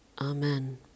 Amen